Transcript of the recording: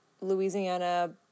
Louisiana